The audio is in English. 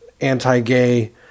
anti-gay